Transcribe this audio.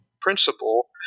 principle